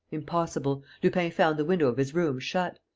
impossible lupin found the window of his room shut.